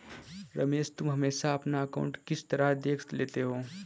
रमेश तुम हमेशा अपना अकांउट किस तरह देख लेते हो?